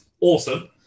awesome